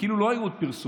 וכאילו לא היו עוד פרסומים.